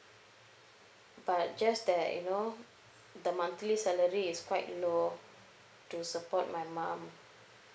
but just that you know the monthly salary is quite low to support my mum